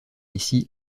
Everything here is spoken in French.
ici